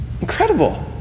incredible